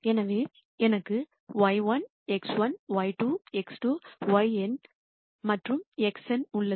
எனவே எனக்கு y1 x1 y2 x2 yn மற்றும் xn உள்ளது